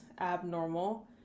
abnormal